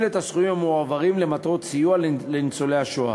את הסכומים המועברים למטרות סיוע לניצולי השואה,